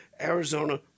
Arizona